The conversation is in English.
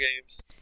games